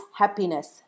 happiness